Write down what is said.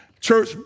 Church